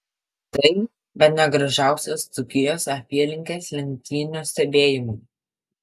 tai bene gražiausios dzūkijos apylinkės lenktynių stebėjimui